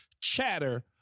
chatter